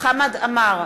חמד עמאר,